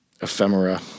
ephemera